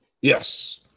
Yes